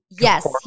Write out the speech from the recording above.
yes